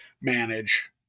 manage